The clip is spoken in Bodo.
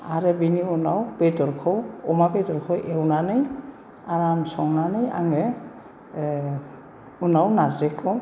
आरो बेनि उनाव बेदरखौ अमा बेदरखौ एवनानै आराम संनानै आङो उनाव नारजिखौ